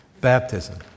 Baptism